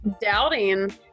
doubting